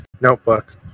notebook